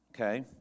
Okay